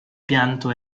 pianto